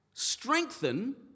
Strengthen